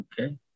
Okay